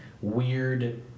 weird